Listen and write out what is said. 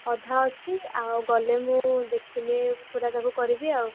ଅଧା ଅଛି ଆଉ ଗଲେ ମୁଁ ଦେଖିଲେ ପୁରା ତାକୁ କରିବି ଆଉ